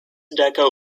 deco